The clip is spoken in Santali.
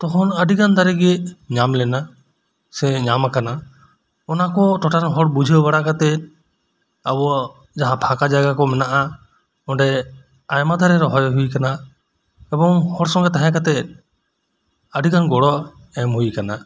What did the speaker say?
ᱛᱚᱠᱷᱚᱱ ᱟᱹᱰᱤ ᱜᱟᱱ ᱫᱟᱨᱮ ᱜᱮ ᱧᱟᱢ ᱞᱮᱱᱟ ᱥᱮ ᱧᱟᱢ ᱠᱟᱱᱟ ᱚᱱᱟᱠᱚ ᱴᱚᱴᱷᱟ ᱨᱮᱱ ᱦᱚᱲ ᱵᱩᱡᱷᱟᱹᱣ ᱵᱟᱲᱟ ᱠᱟᱛᱮ ᱟᱵᱚᱣᱟᱜ ᱡᱟᱦᱟᱸ ᱯᱷᱟᱸᱠᱟ ᱡᱟᱭᱜᱟ ᱠᱚ ᱢᱮᱱᱟᱜᱼᱟ ᱚᱸᱰᱮ ᱟᱭᱢᱟ ᱫᱟᱨᱮ ᱨᱚᱦᱚᱭ ᱦᱩᱭᱟᱠᱟᱱᱟ ᱮᱵᱚᱝ ᱦᱚᱲ ᱥᱚᱝᱜᱮ ᱛᱟᱦᱮᱸ ᱠᱟᱛᱮ ᱟᱹᱰᱤ ᱜᱟᱱ ᱜᱚᱲᱚ ᱮᱢ ᱦᱩᱭᱟᱠᱟᱱᱟ